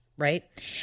right